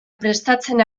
prestatzen